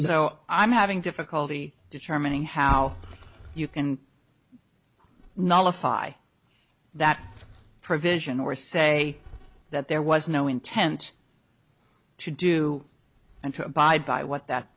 so i'm having difficulty determining how you can nullify that provision or say that there was no intent to do and to abide by what that